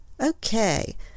Okay